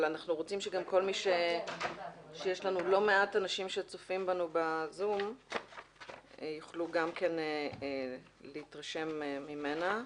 יש לא מעט אנשים שצופים בנו ב-זום ואנחנו רוצים שהם יוכלו להתרשם ממנה.